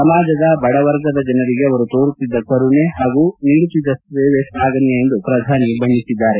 ಸಮಾಜದ ಬಡ ವರ್ಗದ ಜನರಿಗೆ ಅವರು ತೋರುತ್ತಿದ್ದ ಕರುಣೆ ಹಾಗೂ ನೀಡುತ್ತಿದ್ದ ಸೇವೆ ಶ್ಲಾಘನೀಯ ಎಂದು ಪ್ರಧಾನಮಂತ್ರಿ ಬಣ್ಣೆಸಿದ್ದಾರೆ